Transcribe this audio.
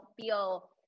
feel